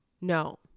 No